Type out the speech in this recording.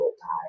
time